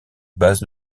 base